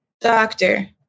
doctor